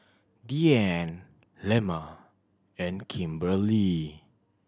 Dianne Lemma and Kimberlee